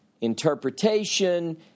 interpretation